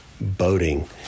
boating